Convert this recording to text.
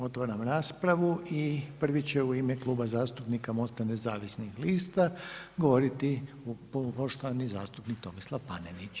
Otvaram raspravu i prvi će u ime Kluba zastupnika MOST-a nezavisnih lista govoriti poštovani zastupnik Tomislav Paneić.